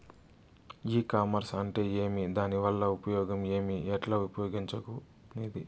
ఈ కామర్స్ అంటే ఏమి దానివల్ల ఉపయోగం ఏమి, ఎట్లా ఉపయోగించుకునేది?